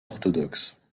orthodoxe